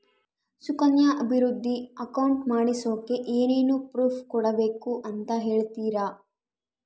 Sukanya Samriddhi account ಮಾಡಿಸೋಕೆ ಏನೇನು proof ಕೊಡಬೇಕು ಅಂತ ಹೇಳ್ತೇರಾ?